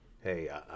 Hey